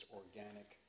organic